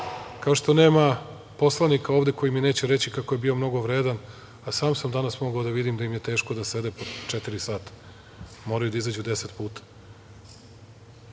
kao što nema poslanika ovde koji mi neće reći kako je bio mnogo vredan, a sam sam danas mogao da vidim da im je teško da sede po četiri sata, moraju da izađu deset puta,